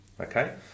Okay